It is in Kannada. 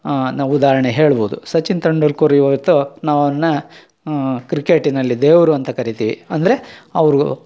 ನಾವು ಉದಾಹರ್ಣೆ ಹೇಳ್ಬೌದು ಸಚಿನ್ ತೆಂಡುಲ್ಕರ್ ಇವತ್ತು ನಾವು ಅವನ್ನ ಕ್ರಿಕೇಟಿನಲ್ಲಿ ದೇವರು ಅಂತ ಕರಿತೀವಿ ಅಂದರೆ ಅವರು